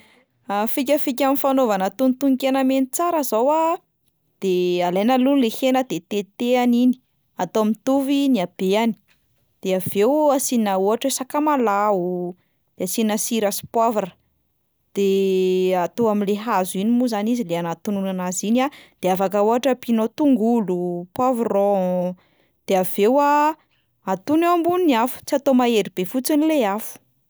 Ah fikafika amin'ny fanaovana tonotonon-kena mety tsara zao a, de alaina aloha le hena de tetehana iny, atao mitovy ny habeany, de avy eo asiana ohatra hoe sakamalaho, de asiana sira sy poavra, de atao amin'le hazo iny moa zany izy le anatonoana anazy iny a de afaka ohatra ampianao tongolo, poivron, de avy eo a, atono eo ambonin'ny afo, tsy atao mahery be fotsiny le afo.